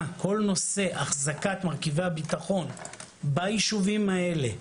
כל נושא אחזקת מרכיבי הביטחון ביישובים האלה,